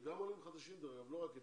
גם עולים חדשים, דרך אגב, לא רק אתיופים,